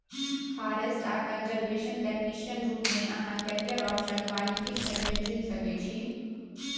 forest आ conservation technician रुप मे अहाँ कैरियर आप्शन बानिकी क्षेत्र मे चुनि सकै छी